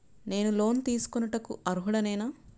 నేను లోన్ తీసుకొనుటకు అర్హుడనేన?